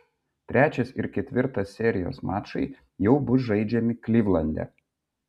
trečias ir ketvirtas serijos mačai jau bus žaidžiami klivlande